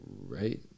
right